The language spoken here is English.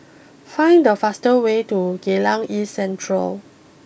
find the fastest way to Geylang East Central